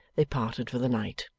they parted for the night.